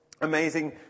amazing